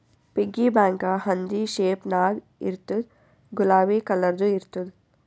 piggy bank ಹಂದಿ shape ನಾಗ್ ಇರ್ತುದ್ ಗುಲಾಬಿ ಕಲರ್ದು ಇರ್ತುದ್